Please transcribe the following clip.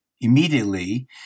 immediately